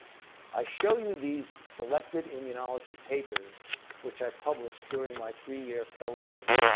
i show you these selected immunology papers which i published during my three year fellowship,